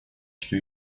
что